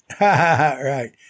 Right